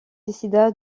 décida